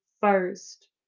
first